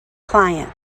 client